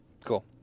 Cool